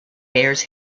bears